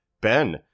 Ben